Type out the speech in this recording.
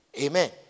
Amen